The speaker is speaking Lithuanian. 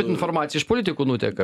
informacija iš politikų nuteka